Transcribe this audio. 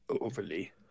overly